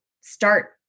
start